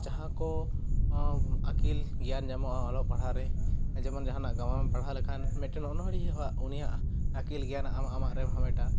ᱡᱟᱦᱟᱸ ᱠᱚ ᱟᱹᱠᱤᱞ ᱜᱮᱭᱟᱱ ᱧᱟᱢᱚᱜᱼᱟ ᱚᱞᱚᱜ ᱯᱟᱲᱦᱟᱜ ᱨᱮ ᱡᱮᱢᱚᱱ ᱡᱟᱦᱟᱱᱟᱜ ᱜᱟᱭᱟᱱ ᱮᱢ ᱯᱟᱲᱦᱟᱮ ᱠᱮᱠᱷᱟᱱ ᱢᱤᱫ ᱴᱮᱱ ᱚᱱᱚᱲᱦᱤᱭᱟᱹᱣᱟᱜ ᱩᱱᱤᱭᱟᱜ ᱟᱹᱠᱤᱞ ᱜᱮᱭᱟᱱ ᱟᱢ ᱟᱢᱟᱜ ᱨᱮᱢ ᱦᱟᱢᱮᱴᱟ